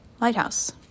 lighthouse